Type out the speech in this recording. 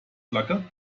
flagge